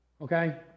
Okay